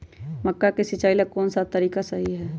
मक्का के सिचाई ला कौन सा तरीका सही है?